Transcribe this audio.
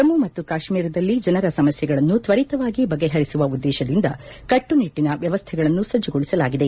ಜಮ್ನು ಮತ್ತು ಕಾಶ್ವೀರದಲ್ಲಿ ಜನರ ಸಮಸ್ನೆಗಳನ್ನು ತ್ನರಿತವಾಗಿ ಬಗೆಹರಿಸುವ ಉದ್ಗೇತದಿಂದ ಕಟ್ಟುನಿಟ್ಲನ ವ್ವವಸ್ನೆಗಳನ್ನು ಸಜ್ನಗೊಳಿಸಲಾಗಿದೆ